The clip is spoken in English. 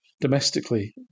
domestically